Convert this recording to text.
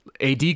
AD